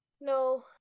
No